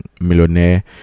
millionaire